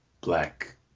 Black